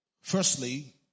Firstly